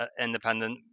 independent